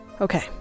Okay